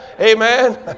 Amen